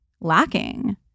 lacking